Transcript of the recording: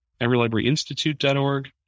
everylibraryinstitute.org